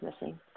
missing